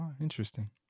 Interesting